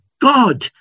God